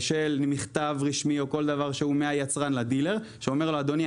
כמו מכתב רשמי או כל שדבר שהוא מהיצרן לדילר שאומר לו: אדוני,